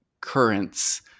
currents